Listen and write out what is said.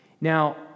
Now